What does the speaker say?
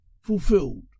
Fulfilled